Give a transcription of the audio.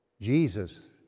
Jesus